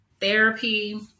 therapy